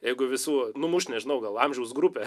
jeigu visų numuš nežinau gal amžiaus grupę